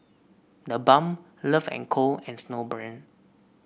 The Balm Love And Co and Snowbrand